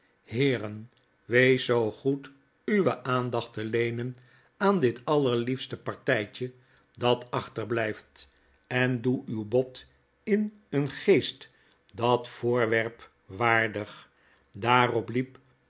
heeren weest zoo goed uwe aandacht te feenen aan dit allerliefste partjjtje dat achterbljjft en doe uw bod in een geest dat voorwerp waardig daarop liep